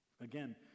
Again